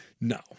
No